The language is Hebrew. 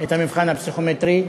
את המבחן הפסיכומטרי,